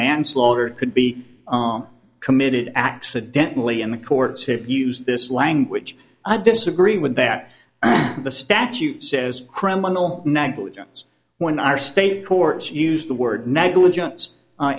manslaughter could be committed accidentally and the courts have used this language i disagree with that the statute says criminal negligence when our state courts use the word negligence